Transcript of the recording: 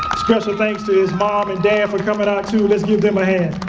special thanks to his mom and dad for coming out, too. let's give them a hand.